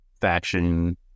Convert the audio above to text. faction